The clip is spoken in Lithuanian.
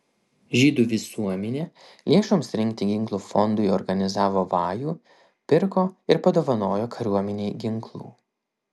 žydų visuomenė lėšoms rinkti ginklų fondui organizavo vajų pirko ir padovanojo kariuomenei ginklų